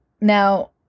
Now